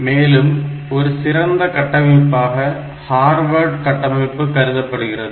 மேலும் ஒரு சிறந்த கட்டமைப்பாக ஹார்வர்டு கட்டமைப்பு கருதப்படுகிறது